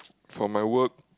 for my work